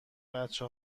بچه